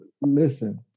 Listen